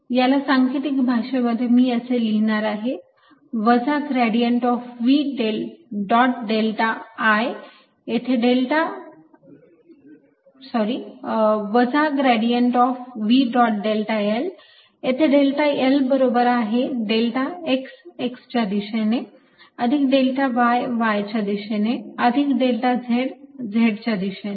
याला सांकेतिक भाषेमध्ये मी असे लिहिणार आहे वजा gradient of V dot delta l येथे डेल्टा l बरोबर आहे डेल्टा x x च्या दिशेने अधिक डेल्टा y y च्या दिशेने अधिक डेल्टा z z च्या दिशेने